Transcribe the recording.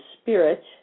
spirit